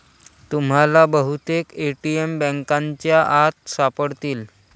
तुम्हाला बहुतेक ए.टी.एम बँकांच्या आत सापडतील